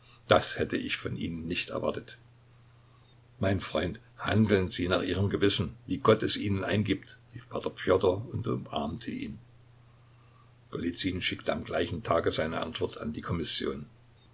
das hätte ich von ihnen nicht erwartet mein freund handeln sie nach ihrem gewissen wie gott es ihnen eingibt rief p pjotr und umarmte ihn golizyn schickte am gleichen tage seine antwort an die kommission